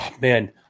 man